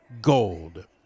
Gold